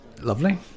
Lovely